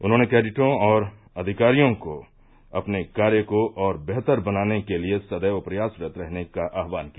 उन्होंने कैंडिटों और अधिकारियों को अपने कार्य को और बेहतर बनाने के लिए सदैव प्रयासरत रहने का आहवान किया